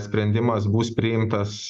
sprendimas bus priimtas